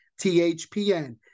THPN